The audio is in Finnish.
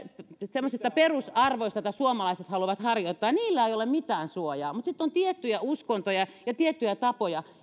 tämmöisistä perusarvoista joita suomalaiset haluavat harjoittaa niin niillä ei ole mitään suojaa mutta sitten on tiettyjä uskontoja ja tiettyjä tapoja